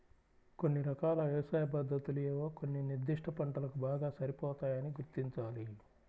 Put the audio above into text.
కొన్ని రకాల వ్యవసాయ పద్ధతులు ఏవో కొన్ని నిర్దిష్ట పంటలకు బాగా సరిపోతాయని గుర్తించాలి